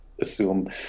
assume